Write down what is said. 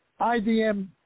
IDM